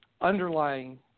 underlying